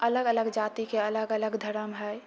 अलग अलग जातिके अलग अलग धर्म हैय